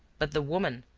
but the woman,